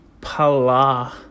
Pala